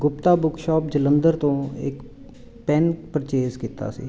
Gupta book shop Jalandhar ਤੋਂ ਇੱਕ pen purchase ਕੀਤਾ ਸੀ